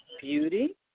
beauty